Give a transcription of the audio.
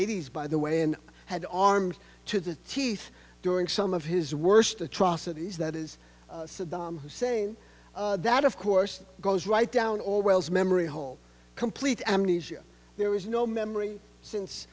eighty s by the way and had on armed to the teeth during some of his worst atrocities that is saddam hussein that of course goes right down orwell's memory hole complete amnesia there is no memory since